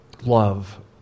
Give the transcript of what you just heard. love